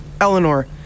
Eleanor